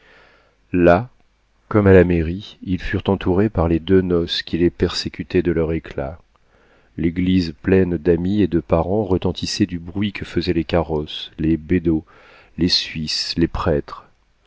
là comme à la mairie ils furent entourés par les deux noces qui les persécutaient de leur éclat l'église pleine d'amis et de parents retentissait du bruit que faisaient les carrosses les bedeaux les suisses les prêtres